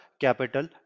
capital